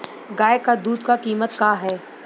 गाय क दूध क कीमत का हैं?